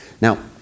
Now